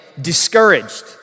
discouraged